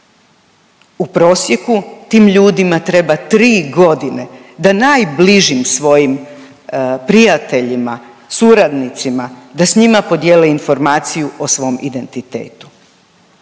U prosjeku tim ljudima treba 3.g. da najbližim svojim prijateljima, suradnicima, da s njima podijele informaciju o svom identitetu.